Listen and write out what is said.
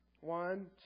One